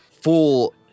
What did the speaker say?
full